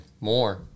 more